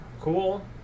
cool